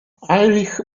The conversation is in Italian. heinrich